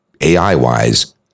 AI-wise